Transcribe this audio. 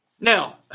Now